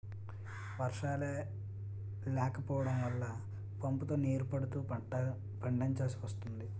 వర్షాలే లేకపోడం వల్ల పంపుతో నీరు పడుతూ పండిచాల్సి వస్తోంది